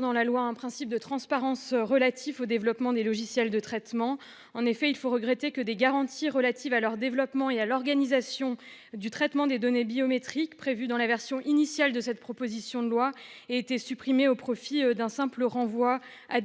dans la loi un principe de transparence relatif au développement des logiciels de traitement. En effet, il faut regretter que des garanties relatives à leur développement et à l'organisation du traitement des données biométriques, prévues dans la version initiale de cette proposition de loi, aient été supprimées au profit d'un simple renvoi à un